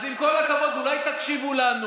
אז עם כל הכבוד, אולי תקשיבו לנו?